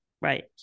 Right